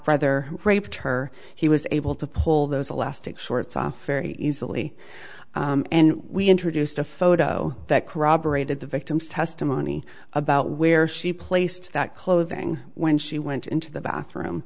brother raped her he was able to pull those elastic shorts off very easily and we introduced a photo that corroborated the victim's testimony about where she placed that clothing when she went into the bathroom